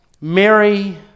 Mary